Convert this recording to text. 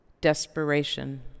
desperation